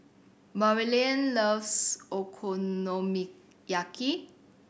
Maryellen loves Okonomiyaki